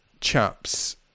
Chaps